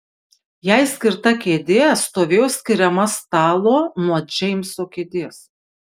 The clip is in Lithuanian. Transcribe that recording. jai skirta kėdė stovėjo skiriama stalo nuo džeimso kėdės